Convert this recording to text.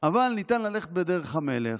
אבל ניתן ללכת בדרך המלך,